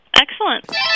Excellent